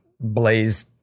blaze